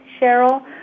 Cheryl